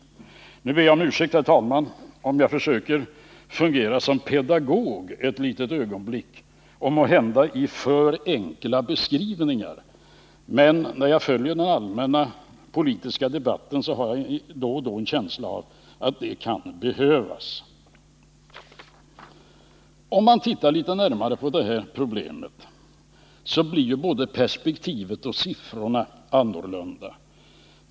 Jag ber om ursäkt, herr talman, om jag en liten stund försöker fungera som pedagog, måhända med alltför enkla beskrivningar. Men när jag följer den allmänna politiska debatten har jag då och då en känsla av att det kan behövas. Ser man litet närmare på det här problemet blir både perspektivet och siffrorna annorlunda.